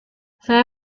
saya